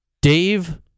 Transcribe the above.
Dave